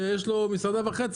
שיש לו מסעדה וחצי,